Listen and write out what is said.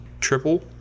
triple